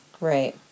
right